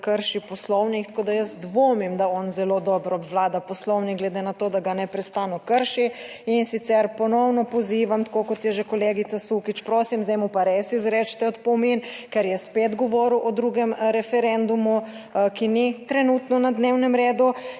da krši Poslovnik, tako da jaz dvomim, da on zelo dobro obvlada poslovnik glede na to, da ga neprestano krši. In sicer ponovno pozivam, tako kot je že kolegica Sukič prosim, zdaj mu pa res izrečete opomin, ker je spet govoril o drugem referendumu, ki ni trenutno na dnevnem redu.